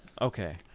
okay